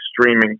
streaming